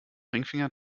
ringfinger